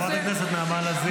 --- חברת הכנסת נעמה לזימי.